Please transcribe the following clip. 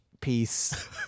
Peace